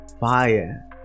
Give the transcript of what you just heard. Fire